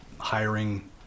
hiring